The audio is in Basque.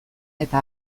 eta